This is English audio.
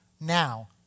Now